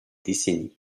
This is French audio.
décennies